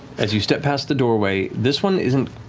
as you step past the doorway, this one isn't,